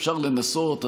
אפשר לנסות,